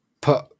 put